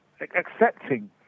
accepting